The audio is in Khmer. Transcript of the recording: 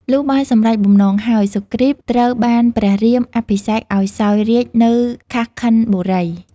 លុះបានសម្រេចបំណងហើយសុគ្រីពត្រូវបានព្រះរាមអភិសេកឱ្យសោយរាជ្យនៅ ខាស់ខិនបុរី។